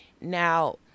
now